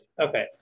Okay